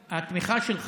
אבל התמיכה שלך